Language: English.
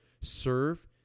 serve